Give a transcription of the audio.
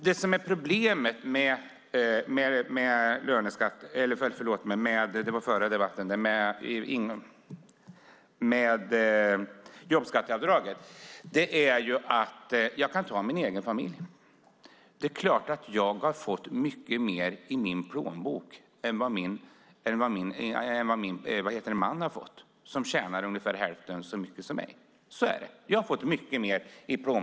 Det första gäller problemet med jobbskatteavdraget, och då kan jag ta min egen familj som exempel. Det är klart att jag har fått mycket mer i min plånbok än vad min man har fått. Han tjänar ungefär hälften så mycket som jag.